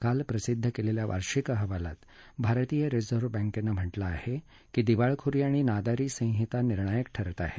काल प्रसिद्ध केलेल्या वार्षिक अहवालात भारतीय रिझर्व बँकेनं म्हटलं आहे की दिवाळखोरी आणि नादारी संहिता निर्णायक ठरत आहे